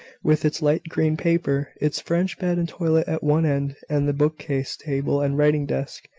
with its light green paper, its french bed and toilet at one end, and the book-case, table and writing-desk,